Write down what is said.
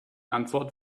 antwort